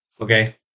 Okay